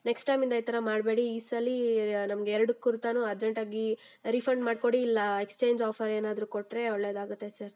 next ಟೈಮಿಂದ ಈ ಥರ ಮಾಡಬೇಡಿ ಈ ಸಲ ನಮ್ಗೆ ಎರಡು ಕುರ್ತಾನೂ ಅರ್ಜೆಂಟಾಗಿ ರೀಫಂಡ್ ಮಾಡಿಕೊಡಿ ಇಲ್ಲ ಎಕ್ಸ್ಚೇಂಜ್ ಆಫರ್ ಏನಾದರೂ ಕೊಟ್ಟರೆ ಒಳ್ಳೆಯದಾಗತ್ತೆ ಸರ್